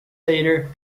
later